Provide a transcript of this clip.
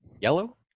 Yellow